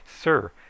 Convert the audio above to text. Sir